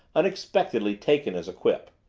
unexpectedly taken as a quip.